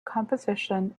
composition